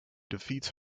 defeat